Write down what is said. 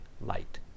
light